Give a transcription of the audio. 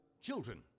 Children